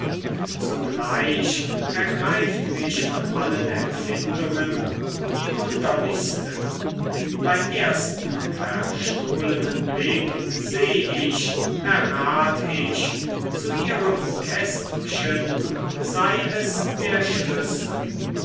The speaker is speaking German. sogleich ergreift mich von allen empfindungen die wunderlichste beim ersten verstohlenen blick seh ich errat ich zu ihrem kästchen sei es der schlüssel